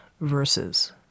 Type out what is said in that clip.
verses